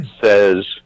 says